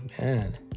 man